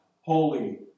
holy